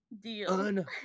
deal